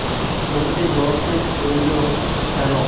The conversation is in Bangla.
জমিতে জল সেচ প্রয়োজন কেন?